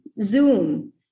Zoom